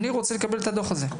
אני רוצה לקבל את הדו"ח הזה.